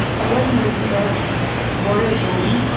there was no book origin.